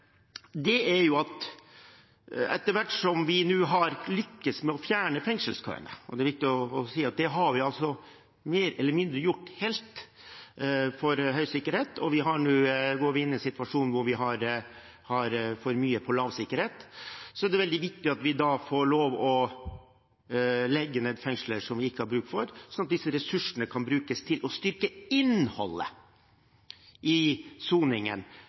det har vi mer eller mindre gjort helt for høysikkerhet, og vi går nå inn i en situasjon hvor vi har for mange på lavsikkerhet – er det veldig viktig at vi får lov til å legge ned fengsler som vi ikke har bruk for, slik at disse ressursene kan brukes til å styrke innholdet i soningen